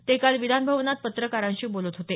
ते काल विधान भवनात पत्रकारांशी बोलत होते